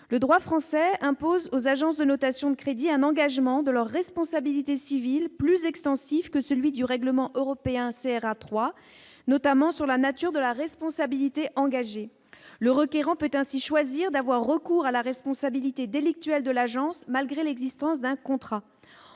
le droit français impose aux agences de notation de crédit, un engagement de leur responsabilité civile plus extensive que celui du règlement européen sert à trois, notamment sur la nature de la responsabilité engagée, le requérant peut ainsi choisir d'avoir recours à la responsabilité délictuelle de l'agence, malgré l'existence d'un contrat,